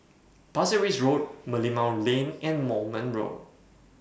Pasir Ris Road Merlimau Lane and Moulmein Road